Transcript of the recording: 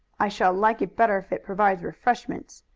i shall like it better if it provides refreshments,